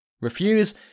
Refuse